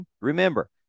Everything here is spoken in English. remember